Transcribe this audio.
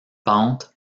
pente